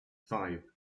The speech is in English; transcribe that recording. five